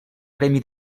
premi